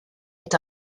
est